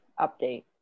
update